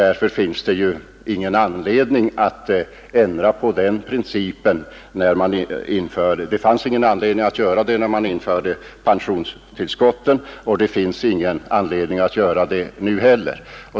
Därför fanns det ingen anledning att ändra på den principen när man införde pensionstillskotten, och det finns ingen anledning att göra det nu heller.